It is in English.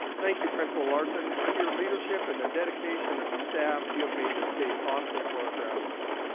thank you, principal larson. under your leadership and the dedication of your staff, you have made this day possible for our graduates.